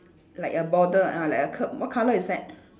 like a border ah like a curb what colour is that